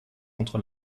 contre